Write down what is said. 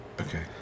Okay